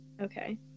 Okay